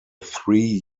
three